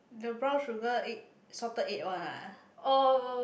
the brown sugar egg salted egg one ah